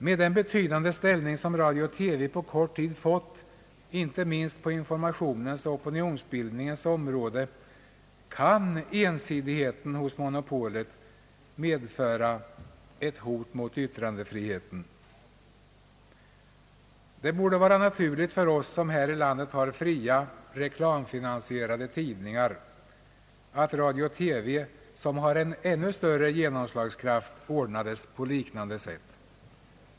Med den betydande ställning som Sveriges Radio/TV på kort tid fått, inte minst på informationens och opinionsbildningens områden, kan ensidigheten hos monopolet medföra ett hot mot yttrandefriheten. Det borde vara naturligt för oss här i landet som har fria, reklamfinansierade tidningar att radio och TV — som har en ännu större genomslagskraft — ordnades på liknande sätt.